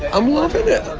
i'm loving it